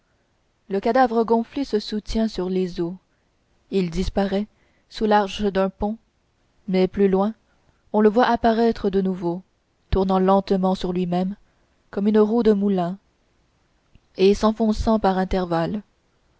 le cadavre gonflé se soutient sur les eaux il disparaît sous l'arche d'un pont mais plus loin on le voit apparaître de nouveau tournant lentement sur lui-même comme une roue de moulin et s'enfonçant par intervalles